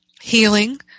healing